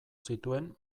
zituen